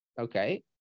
Okay